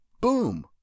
boom